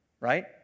right